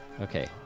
Okay